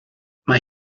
mae